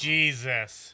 Jesus